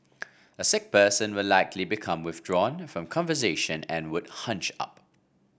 a sick person will likely become withdrawn from conversation and would hunch up